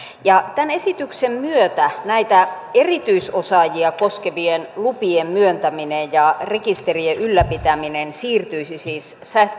tämän esityksen myötä näitä erityisosaajia koskevien lupien myöntäminen ja rekiste rien ylläpitäminen siirtyisi siis